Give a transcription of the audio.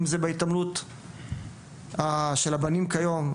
אם זה בהתעמלות של הבנים כיום,